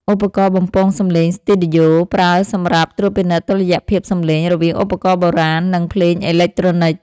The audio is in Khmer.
ឧបករណ៍បំពងសំឡេងស្ទីឌីយ៉ូ ប្រើសម្រាប់ត្រួតពិនិត្យតុល្យភាពសំឡេងរវាងឧបករណ៍បុរាណ និងភ្លេងអេឡិចត្រូនិក។